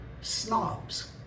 snobs